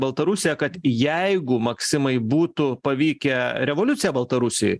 baltarusiją kad jeigu maksimai būtų pavykę revoliucija baltarusijoj